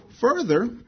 further